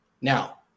Now